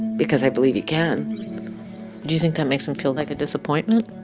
because i believe you can do you think that makes him feel like a disappointment?